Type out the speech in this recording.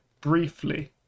briefly